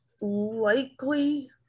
likely